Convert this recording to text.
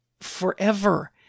forever